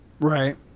Right